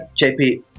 JP